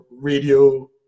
radio